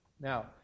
Now